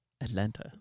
Atlanta